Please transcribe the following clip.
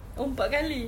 oh empat kali